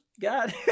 God